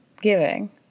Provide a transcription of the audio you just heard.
giving